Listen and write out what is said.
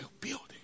building